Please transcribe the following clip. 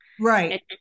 Right